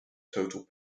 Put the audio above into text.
total